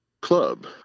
club